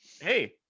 hey